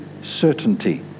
certainty